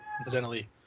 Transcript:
incidentally